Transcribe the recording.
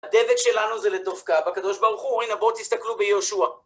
הדבק שלנו זה לדבקה בקדוש ברוך הוא, הנה בואו תסתכלו ביהושע.